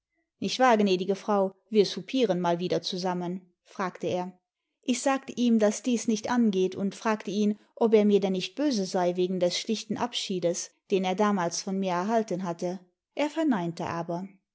nicht wahr gnädige frau wir soupieren mal wieder zusammen fragte er ich sagte ihm daß dies nicht angeht und fragte ihn ob er mir denn nicht böse sei wegen des schlichten abschiedes den er damals von mir erhalten hatte er verneinte aber